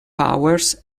powers